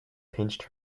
pinched